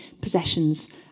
possessions